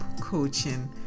coaching